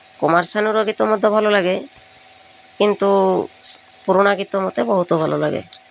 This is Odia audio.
କୁମାର ଶାନୁର ଗୀତ ମଧ୍ୟ ଭଲ ଲାଗେ କିନ୍ତୁ ପୁରୁଣା ଗୀତ ମୋତେ ବହୁତ ଭଲ ଲାଗେ